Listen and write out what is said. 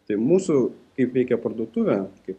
tai mūsų kaip veikia parduotuvė kaip